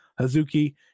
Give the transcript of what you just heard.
Hazuki